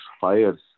fires